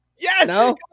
Yes